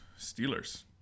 Steelers